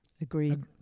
Agreed